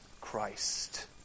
Christ